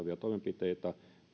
toimenpiteitä